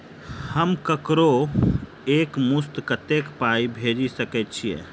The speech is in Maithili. हम ककरो एक मुस्त कत्तेक पाई भेजि सकय छी?